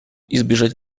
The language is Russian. избежать